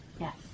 Yes